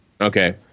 okay